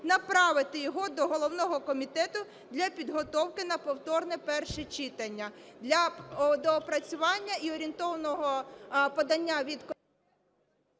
направити його до головного комітету для підготовки на повторне перше читання для доопрацювання і орієнтовного подання від…